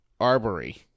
Arbory